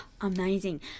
amazing